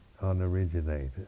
unoriginated